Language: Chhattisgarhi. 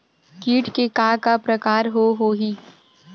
कीट के का का प्रकार हो होही?